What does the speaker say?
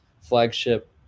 flagship